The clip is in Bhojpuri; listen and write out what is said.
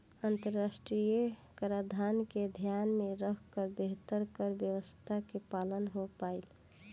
अंतरराष्ट्रीय कराधान के ध्यान में रखकर बेहतर कर व्यावस्था के पालन हो पाईल